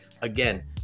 Again